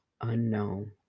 Unknown